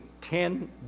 Ten